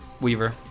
Weaver